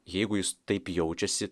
jeigu jis taip jaučiasi